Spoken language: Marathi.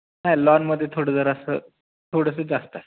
नाही लॉनमध्ये थोडं जरासं थोडंसं जास्त आहे